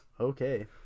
Okay